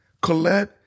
Colette